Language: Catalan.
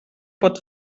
pot